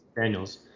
Daniels